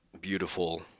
beautiful